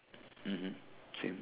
mmhmm same